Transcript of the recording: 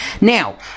Now